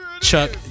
Chuck